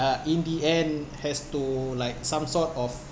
uh in the end has to like some sort of